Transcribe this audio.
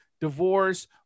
divorce